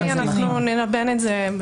אדוני, אנחנו נלבן את זה.